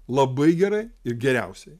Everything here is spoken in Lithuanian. labai gerai ir geriausiai